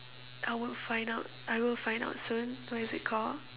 I will find out I will find out soon what is it called